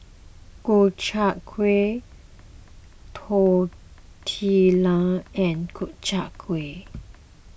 Gobchang Gui Tortillas and Gobchang Gui